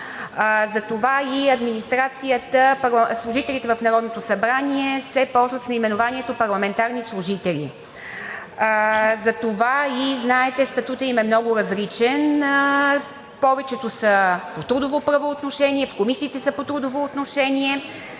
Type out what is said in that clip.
Затова и служителите в Народното събрание се ползват с наименованието „парламентарни служители“. Знаете, че статутът им е много различен – повечето са по трудово правоотношение, в комисиите са по трудово правоотношение.